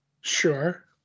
Sure